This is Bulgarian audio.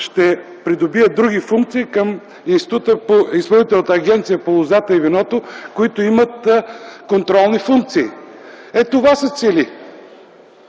ще придобие други функции към Изпълнителната агенция по лозята и виното, които имат контролни функции. Е, това се цели!